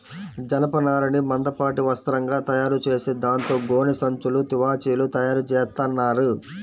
జనపనారని మందపాటి వస్త్రంగా తయారుచేసి దాంతో గోనె సంచులు, తివాచీలు తయారుచేత్తన్నారు